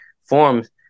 forms